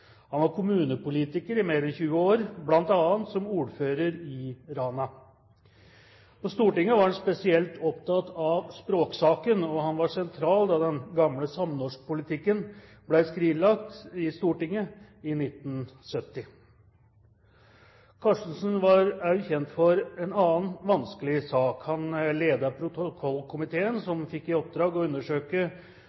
Han var kommunepolitiker i mer enn 20 år, bl.a. som ordfører i Rana. På Stortinget var han spesielt opptatt av språksaken, og han var sentral da den gamle samnorskpolitikken ble skrinlagt i Stortinget i 1970. Karstensen var også kjent for en annen vanskelig sak: Han ledet protokollkomiteen